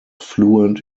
fluent